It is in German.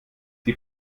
die